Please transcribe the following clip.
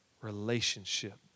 relationship